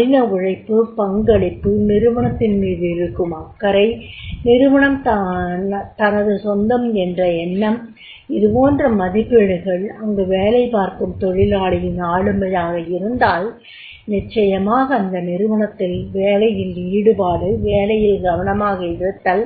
கடின உழைப்பு பங்களிப்பு நிறுவனத்தின் மீது இருக்கும் அக்கறை நிறுவனம் தனது சொந்தம் என்ற எண்ணம் இதுபோன்ற மதிப்பீடுகள் அங்கு வேலைபார்க்கும் தொழிலாளியின் ஆளுமையாக இருந்தால் நிச்சயமாக அந்த நிறுவனத்தில் வேலையில் ஈடுபாடு வேலையில் கவனமாக இருத்தல்